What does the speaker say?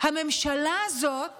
הממשלה הזאת